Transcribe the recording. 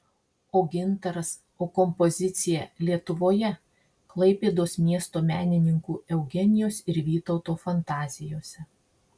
o gintaras o kompozicija lietuvoje klaipėdos miesto menininkų eugenijos ir vytauto fantazijose